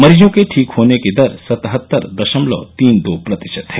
मरीजों के ठीक होने की दर सतहत्तर दशमलव तीन दो प्रतिशत है